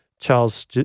Charles